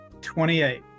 28